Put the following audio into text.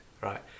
right